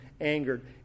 angered